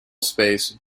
space